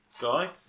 Guy